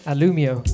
Alumio